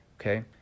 Okay